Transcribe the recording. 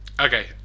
Okay